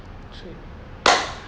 three